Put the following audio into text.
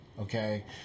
okay